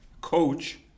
coach